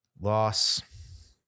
loss